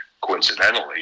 coincidentally